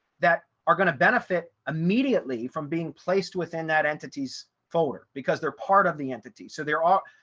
that are going to benefit immediately from being placed within that entities folder because they're part of the entity. so there are,